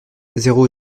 zéro